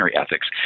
ethics